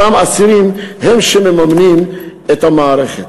אותם אסירים הם שמממנים את המערכת.